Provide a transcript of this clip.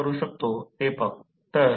तर ते प्रत्यक्षात 0